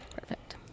Perfect